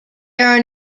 there